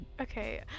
Okay